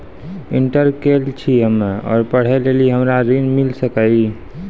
Inter केल छी हम्मे और पढ़े लेली हमरा ऋण मिल सकाई?